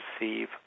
receive